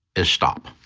is stop,